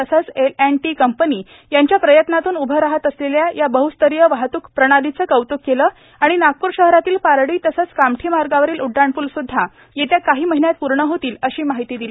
तसेच L and T company यांच्या प्रयत्नातून उभे राहलेल्या या बहस्तरीय वाहतूक प्रणालीचे कौतूक केले आणि नागपूर शहरातील पारडी तसेच कामठी मार्गावरील उड्डाणपूल स्द्धा येत्या काही महिन्यात पूर्ण होतील अशी माहिती दिली